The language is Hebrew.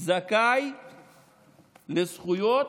"זכאי לזכויות